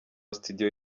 studio